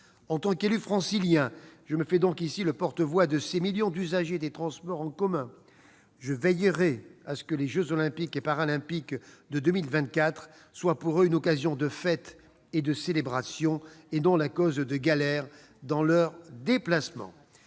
En tant qu'élu francilien, je me fais donc ici le porte-voix de ces millions d'usagers des transports en commun. Je veillerai à ce que les jeux Olympiques et Paralympiques de 2024 soient pour eux une occasion de fête et de célébration, et non la cause de galères dans leurs déplacements.